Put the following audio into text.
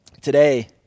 today